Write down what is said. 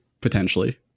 potentially